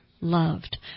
loved